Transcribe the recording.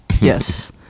yes